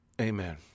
Amen